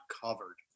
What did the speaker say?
covered